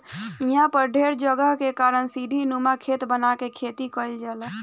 इहवा पर ढेर जगह के कारण सीढ़ीनुमा खेत बना के खेती कईल जाला